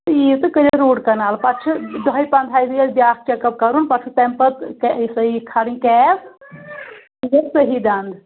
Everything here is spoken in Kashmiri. یی یِو تہٕ کٔرِو روٗٹ کَنال پَتہٕ چھِ دہہِ پنٛدہٕے دُہہِ ییٚلہِ بیٛاکھ چَکَپ کَرُن پَتہٕ چھُ تَمہِ پَتہٕ یہِ ہَسا یہِ کھالٕنۍ کیپ یہِ گژھِ صحیح دَنٛد